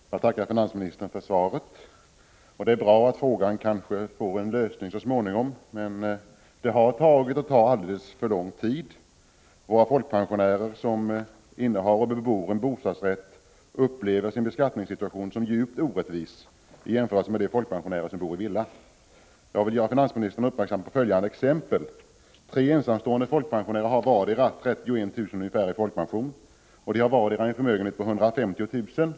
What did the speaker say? Herr talman! Jag tackar finansministern för svaret. Det är bra att frågan så . småningom kanske får en lösning. Men det har tagit, och tar, alldeles för lång tid. De folkpensionärer som innehar och bebor en bostadsrätt upplever nämligen sin beskattningssituation som djupt orättvis, i jämförelse med situationen för de folkpensionärer som bor i villa. För att göra finansministern uppmärksam på förhållandena vill jag anföra följande exempel: Det gäller tre ensamstående folkpensionärer som har ungefär 31 000 kr. vardera i folkpension. Var och en av dem har en förmögenhet på 150 000 kr.